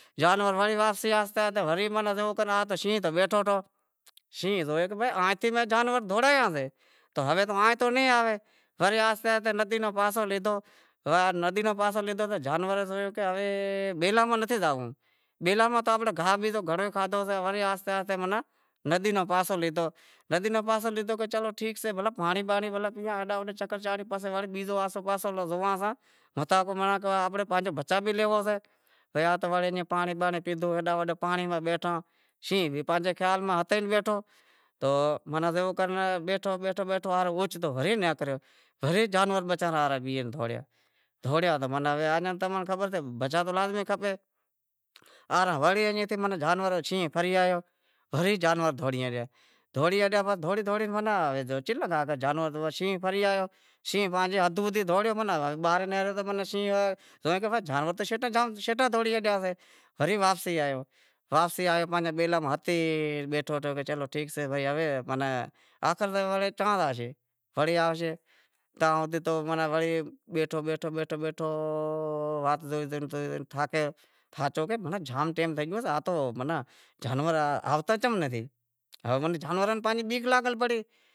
جانور تو وڑے آہستے آہستے واپسی آیا تو شینہں تو بیٹھو ہتو، شینہں زویو کہ آں تی تو میں جانور دہوڑایا سے تو ہوے آئیں تو نہیں آویں ورے آہستے آہستے ندی ماہ پاسو ڈیتو ڈیتو جانوراں ناں زوئینتیں کہ ہوے بیلاں ماہ نتھے زاواں، بیلاں ماں گاہ باہ گھنڑو ئے کھادہو وڑے ندیےرو پاسو لیتو وچارو کہے ٹھیک سئے بیلی پانڑی بانڑی پیواں ہیڈاں ہوڈاں چکر بکر چاں پسے بیزو آسو پاسو زوئاں متاں کہ او آنپڑو بچا بھی لیوشیں، پانڑی بانڑی پیدہو، پانڑی ماہ بیٹھا ایں شینہں تو پانجے ئی خیال ماہ ہتے ئی بیٹھو تو زیوو کر بیٹھو بیٹھو بیٹھو بیٹھو اوچتو وری نیکریو، جانور وچارا تا بیہے دہوڑیا تو تمیں خبر سئے کہ بچا تو لازمی کھپے، وڑی ایئں تھی ماناں شینہں پھری آیو ورے جانور دہوڑئیں رہیا، دہوڑیں دہوڑیں چمکہ شینہں پھری آیو، شینہں تاں آپری حد تاں دہوڑیو جاں کہ جانور تو شیٹا دہوڑی ہلیاسیں۔ وری واپسی آیو، واپسی آیو تو آپنڑاں بیلاں ماں ہتی بیٹھو کہ چلو ٹھیک سئے آخر وڑے چاں زاشیں وری آوشیں تاں بیٹھو بیٹھو واٹ زہئے زوئے تھاکو ہوچے کہ گھنڑو ٹیم تھئی گیو سے جانور آوتا کم نتھی؟